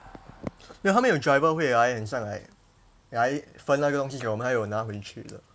没有他们有 driver 会来很像 like 来分来东西给我们还要拿回去的